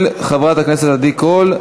של חברת הכנסת עדי קול.